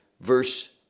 Verse